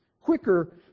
quicker